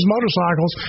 Motorcycles